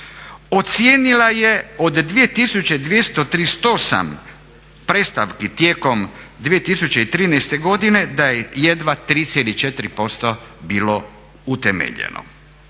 ocijenila je od 2238 predstavki tijekom 2013. godine da je jedva 3,4% bilo utemeljeno.